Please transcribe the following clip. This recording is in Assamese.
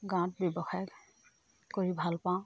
গাঁৱত ব্যৱসায় কৰি ভাল পাওঁ